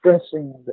expressing